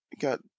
got